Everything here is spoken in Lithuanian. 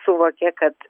suvokė kad